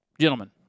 Gentlemen